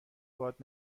باهات